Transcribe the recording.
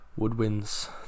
woodwinds